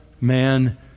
man